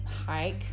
hike